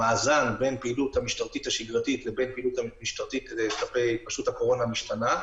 המאזן בין פעילות משטרתית שגרתית לבין פעילות בנושא הקורונה משתנה.